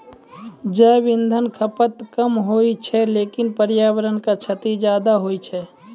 जैव इंधन खपत कम होय छै लेकिन पर्यावरण क क्षति ज्यादा होय छै